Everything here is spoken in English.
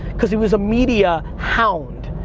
cause he was a media hound.